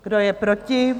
Kdo je proti?